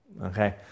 Okay